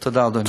תודה, אדוני.